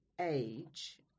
age